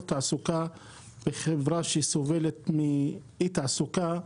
תעסוקה בחברה שהיא סובלת מאי תעסוקה,